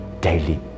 daily